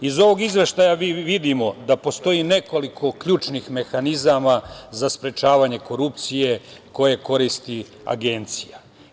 Iz ovog izveštaja mi vidimo da postoji nekoliko ključnih mehanizama za sprečavanje korupcije koje koristi Agencija.